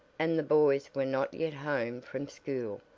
and the boys were not yet home from school,